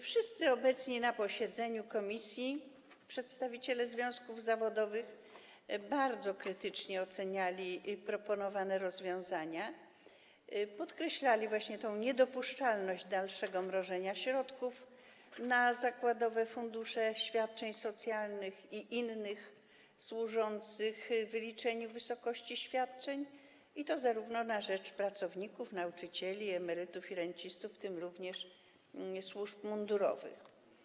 Wszyscy obecni na posiedzeniu komisji przedstawiciele związków zawodowych bardzo krytycznie oceniali proponowane rozwiązania, podkreślali niedopuszczalność dalszego mrożenia środków przewidzianych na zakładowe fundusze świadczeń socjalnych i inne służące wyliczeniu wysokości świadczeń, i to na rzecz pracowników, nauczycieli, emerytów i rencistów, w tym również służb mundurowych.